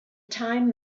time